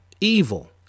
evil